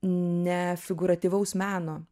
ne figūratyvaus meno